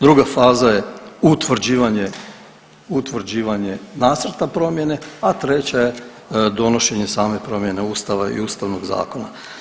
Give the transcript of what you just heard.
Druga faza je utvrđivanje, utvrđivanje nacrta promjene, a treća je donošenje same promjene Ustava i Ustavnog zakona.